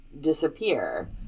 disappear